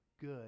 good